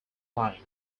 line